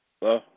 Hello